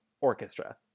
orchestra